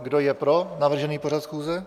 Kdo je pro navržený pořad schůze?